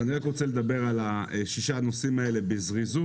אז אני רק רוצה לדבר על שישה הנושאים האלה בזריזות.